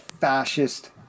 fascist